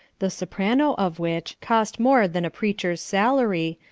the soprano of which cost more than a preacher's salary,